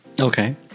Okay